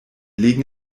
legen